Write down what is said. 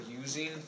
using